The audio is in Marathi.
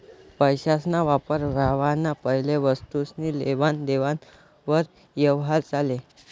पैसासना वापर व्हवाना पैले वस्तुसनी लेवान देवान वर यवहार चाले